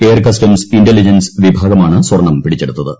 air customs intelligence വിഭാഗമാണ് സ്വർണ്ണം പിടിച്ചെടുത്തത്